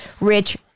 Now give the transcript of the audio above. rich